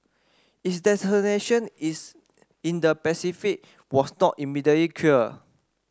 its destination is in the Pacific was not immediately clear